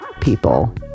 people